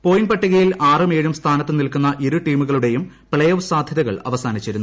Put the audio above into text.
point പട്ടികയിൽ ആറും ഏഴും സ്ഥാനത്ത് നിൽക്കുന്ന ഇരുടീമുകളുടെയും പ്ളേഓഫ് സാദ്ധ്യതകൾ അവസാനിച്ചിരുന്നു